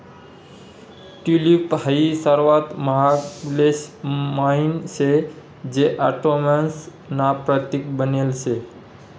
tulip हाई सर्वात महाग फुलेस म्हाईन शे जे ऑटोमन्स ना प्रतीक बनेल शे